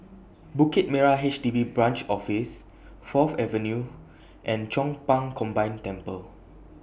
Bukit Merah H D B Branch Office Fourth Avenue and Chong Pang Combined Temple